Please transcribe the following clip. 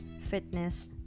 fitness